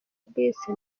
bw’isi